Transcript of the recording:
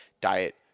diet